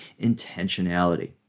intentionality